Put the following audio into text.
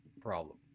problem